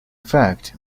fact